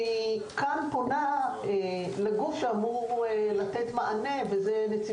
אני פונה כאן לגוף שאמור לתת מענה ולמצות את התהליך הזה,